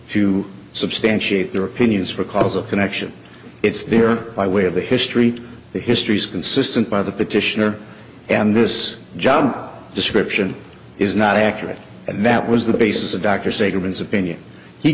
to substantiate their opinions for causal connection it's there by way of the history of the histories consistent by the petitioner and this job description is not accurate and that was the basis of dr statements opinion he